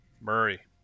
Murray